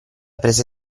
prese